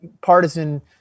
partisan